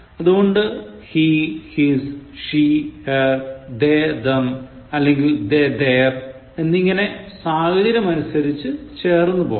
അതുകൊണ്ട് hehis sheher theythem അല്ലെങ്കിൽ theytheir എന്നിങ്ങനെ സാഹചര്യത്തിനനുസരിച്ചു ചേർന്നു പോകണം